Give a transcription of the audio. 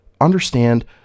understand